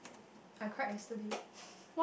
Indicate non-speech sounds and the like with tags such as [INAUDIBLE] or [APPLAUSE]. [BREATH] I cried yesterday [BREATH]